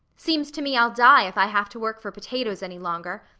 seems to me i'll die if i have to work for potatoes any longer.